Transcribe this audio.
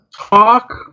talk